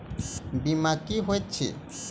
बीमा की होइत छी?